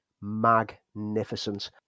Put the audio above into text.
magnificent